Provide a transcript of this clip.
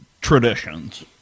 traditions